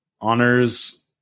honors